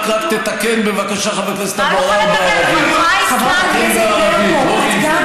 רק תתקן, בבקשה, חבר הכנסת אבו עראר, בערבית.